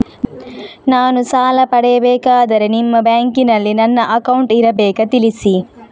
ನಾನು ಸಾಲ ಪಡೆಯಬೇಕಾದರೆ ನಿಮ್ಮ ಬ್ಯಾಂಕಿನಲ್ಲಿ ನನ್ನ ಅಕೌಂಟ್ ಇರಬೇಕಾ ತಿಳಿಸಿ?